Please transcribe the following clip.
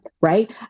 right